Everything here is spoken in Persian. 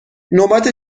نوبت